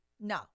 No